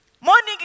Morning